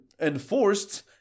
enforced